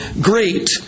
great